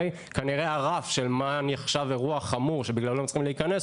כנראה הרף של מה נחשב אירוע חמור שבגללו הם צריכים להיכנס,